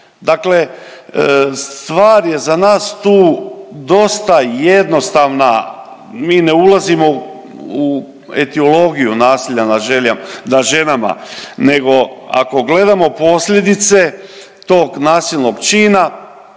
Dakle, stvar je za nas tu dosta jednostavna. Mi ne ulazimo u etiologiju nasilja nad ženama, nego ako gledamo posljedice tog nasilnog čina